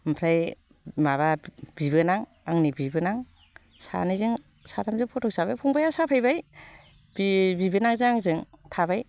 ओमफ्राय माबा बिबोनां आंनि बिबोनां सानैजों साथामजों फट' साफायबाय फंबाया साफायबाय बिबोनांजों आंजों थाबाय